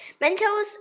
Mentos